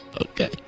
Okay